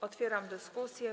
Otwieram dyskusję.